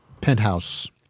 penthouse